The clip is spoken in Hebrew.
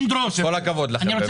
כל הכבוד לך.